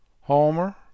Homer